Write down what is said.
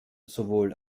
sowohl